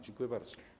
Dziękuję bardzo.